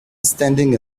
standing